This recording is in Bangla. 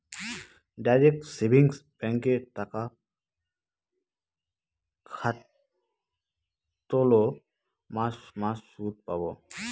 ডাইরেক্ট সেভিংস ব্যাঙ্কে টাকা খাটোল মাস মাস সুদ পাবো